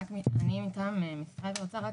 אני מטעם משרד האוצר,